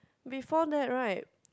before that right